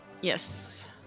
Yes